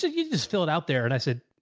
you just fill it out there. and i said,